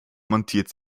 montiert